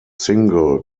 single